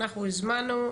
אנחנו הזמנו,